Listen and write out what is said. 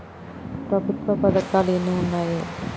ప్రభుత్వ పథకాలు ఎన్ని ఉన్నాయి?